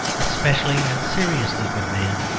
a specially and seriously good man,